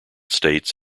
states